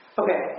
okay